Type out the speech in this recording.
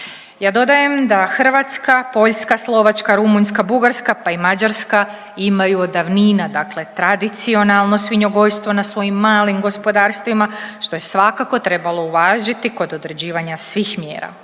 Ja dodajem da Hrvatska, Poljska, Slovačka, Rumunjska, Bugarska, pa i Mađarska imaju od davnina, dakle tradicionalno svinjogojstvo na svojim malim gospodarstvima, što je svakako trebalo uvažiti kod određivanja svih mjera,